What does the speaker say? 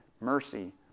mercy